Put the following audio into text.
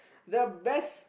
the best